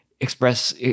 express